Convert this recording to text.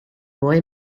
boy